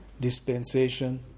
dispensation